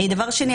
דבר שני,